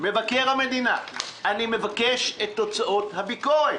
מבקר המדינה, אני מבקש את תוצאות הביקורת.